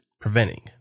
preventing